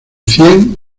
cien